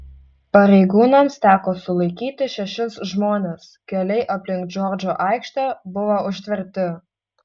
pareigūnams teko sulaikyti šešis žmones keliai aplink džordžo aikštę buvo užtverti